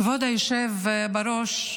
כבוד היושב בראש,